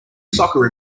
soccer